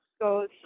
goes